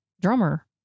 Drummer